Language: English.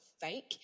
fake